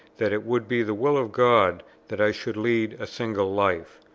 that it would be the will of god that i should lead a single life.